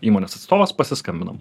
įmonės atstovas pasiskambinom